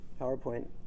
PowerPoint